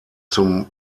zum